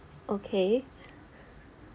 okay